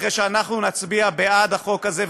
אחרי שאנחנו נצביע בעד החוק הזה,